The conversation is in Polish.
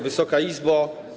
Wysoka Izbo!